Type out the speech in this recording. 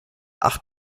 acht